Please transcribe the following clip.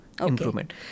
improvement